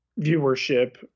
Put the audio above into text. viewership